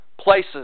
places